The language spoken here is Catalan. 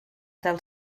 del